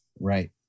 right